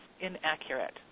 inaccurate